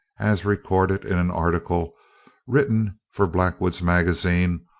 as recorded in an article written for blackwood's magazine,